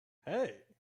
hey